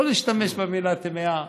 לא להשתמש במילה טמאה.